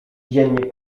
dziennie